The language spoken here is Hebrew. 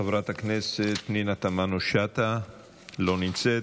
חברת הכנסת פנינה תמנו, לא נמצאת,